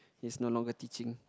is no longer teaching